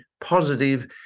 positive